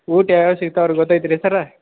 ಊಟ ಯಾವ್ದ್ ಯಾವ್ದ್ ಸಿಗ್ತವೆ ರೀ ಗೊತ್ತೈತ್ರೀ ಸರ್ರ